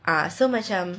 ah so macam